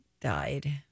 died